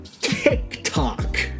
TikTok